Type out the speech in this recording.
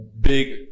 big